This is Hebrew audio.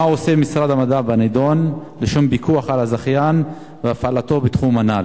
מה עושה משרד המדע בנדון לשם פיקוח על הזכיין והפעלתו בתחום הנ"ל?